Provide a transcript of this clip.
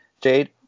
Jade